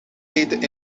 eten